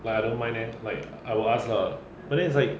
like I don't mind eh like I will ask lah but then it's like